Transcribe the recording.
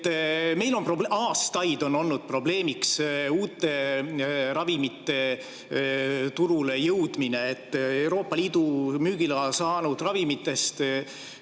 Meil on aastaid olnud probleemiks uute ravimite turule jõudmine. Euroopa Liidu müügiloa saanud ravimitest